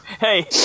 Hey